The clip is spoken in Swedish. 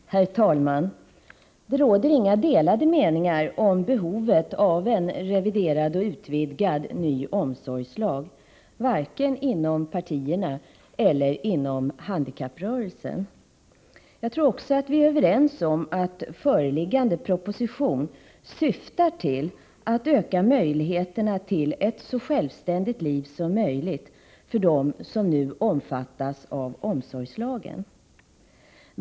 Zz Herr talman! Det råder inga delade meningar om behovet av en reviderad och utvidgad ny omsorgslag vare sig inom partierna eller inom handikapprörelsen. Jag tror också att vi är överens om att föreliggande proposition syftar till att öka möjligheterna till ett så självständigt liv som möjligt för dem som nu omfattas av omsorgålagen.